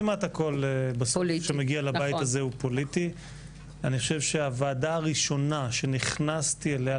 אני חושב שהוועדה הראשונה שנכנסתי אליה,